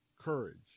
courage